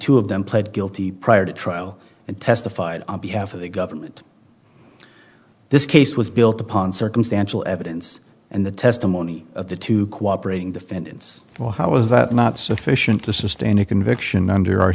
two of them pled guilty prior to trial and testified on behalf of the government this case was built upon circumstantial evidence and the testimony of the to cooperate in defendant's well how is that not sufficient to sustain a conviction under our